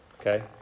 okay